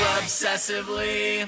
obsessively